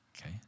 Okay